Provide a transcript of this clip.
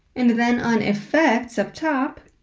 and then on effects up top,